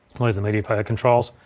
where's the media player controls,